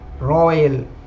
royal